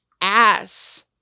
ass